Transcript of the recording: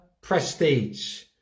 prestige